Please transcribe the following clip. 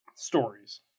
Stories